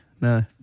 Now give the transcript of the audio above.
no